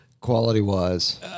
quality-wise